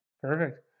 Perfect